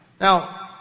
Now